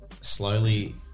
slowly